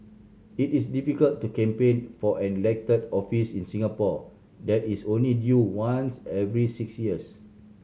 it is difficult to campaign for an elected office in Singapore that is only due once every six years